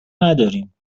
نداریم